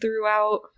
throughout